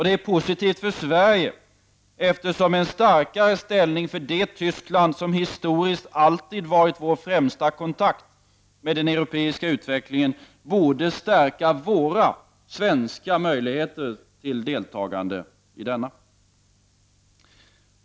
Det är positivt för Sverige, eftersom en starkare ställning för det Tyskland som historiskt alltid varit vår främsta kontakt med den europeiska utvecklingen borde stärka våra möjligheter till deltagande i denna.